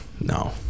No